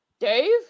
Dave